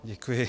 Děkuji.